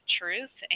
truth